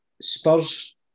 Spurs